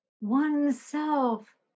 oneself